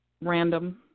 random